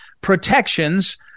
protections